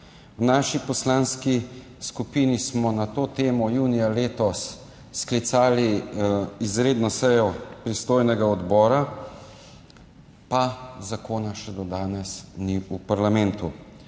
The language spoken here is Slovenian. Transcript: V naši poslanski skupini smo na to temo junija letos sklicali izredno sejo pristojnega odbora, pa zakona še do danes ni v parlamentu.